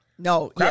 No